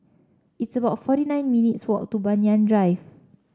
it's about forty nine minutes' walk to Banyan Drive